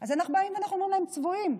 אז אנחנו באים ואנחנו אומרים להם: צבועים.